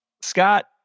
Scott